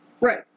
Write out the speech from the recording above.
Right